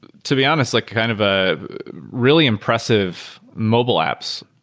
to be honest, like kind of a really impressive mobile apps.